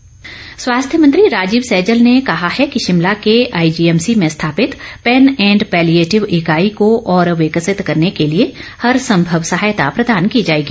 सैजल स्वास्थ्य मंत्री राजीव सैजल ने कहा है कि शिमला के आईजीएमसी में स्थापित पेन एंड पैलीएटिव इकाई को और विकसित करने के लिए हरसंभव सहायता प्रदान की जाएगी